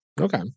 okay